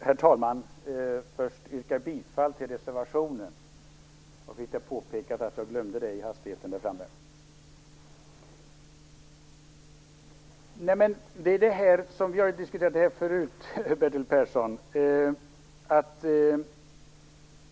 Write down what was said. Herr talman! Jag vill först yrka bifall till reservationen. Jag fick påpekat att jag glömde det i hastigheten där framme. Vi har diskuterat detta förut, Bertil Persson.